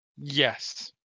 Yes